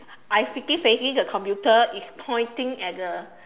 I freaking facing the computer it's pointing at the